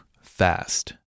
fast